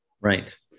Right